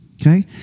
Okay